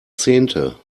zehnte